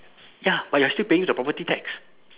ya but you are still paying the property tax